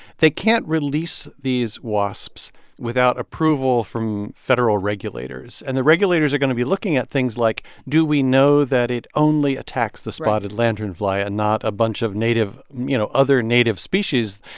they can't release these wasps without approval from federal regulators. and the regulators are going to be looking at things like, do we know that it only attacks. right. the spotted lanternfly and not a bunch of native you know, other native species?